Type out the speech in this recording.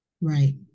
Right